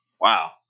Wow